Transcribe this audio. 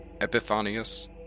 Epiphanius